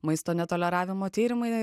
maisto netoleravimo tyrimai